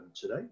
today